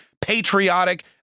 patriotic